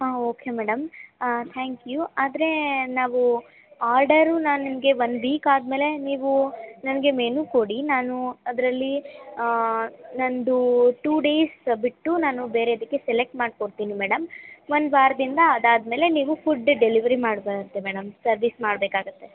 ಹಾಂ okay madam thank you ಆದರೆ ನಾವು ಆರ್ಡರು ನಾನು ನಿಮಗೆ ಒಂದು ವೀಕ್ ಆದ ಮೇಲೆ ನೀವು ನನಗೆ ಮೆನು ಕೊಡಿ ನಾನು ಅದರಲ್ಲಿ ನಂದು ಟೂ ಡೇಸ್ ಬಿಟ್ಟು ನಾನು ಬೇರೆದಕ್ಕೆ ಸೆಲೆಕ್ಟ್ ಮಾಡಿ ಕೊಡ್ತೀನಿ ಮೇಡಮ್ ಒಂದು ವಾರದಿಂದ ಅದಾದ ಮೇಲೆ ನೀವು ಫುಡ್ ಡೆಲಿವರಿ ಮೇಡಮ್ ಸರ್ವೀಸ್ ಮಾಡಬೇಕಾಗುತ್ತೆ